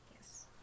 Yes